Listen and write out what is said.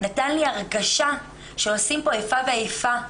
נתנה לי הרגשה שעושים פה איפה ואיפה.